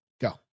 Go